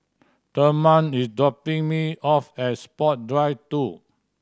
Therman is dropping me off at Sports Drive Two